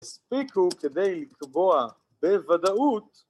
‫הספיקו כדי לקבוע בוודאות...